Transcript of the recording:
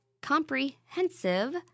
comprehensive